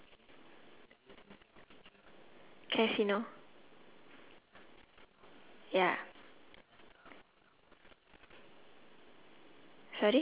don't have ya blue dress yellow hair